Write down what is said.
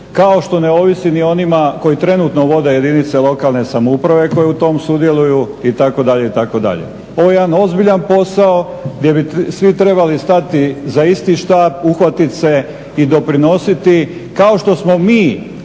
kao što ne ovisi ni o onima koji trenutno vode jedinice lokalne samouprave koje u tom sudjeluju itd., itd. Ovo je jedan ozbiljan posao gdje bi svi trebali stati za isti štap, uhvatit se i doprinositi kao što smo mi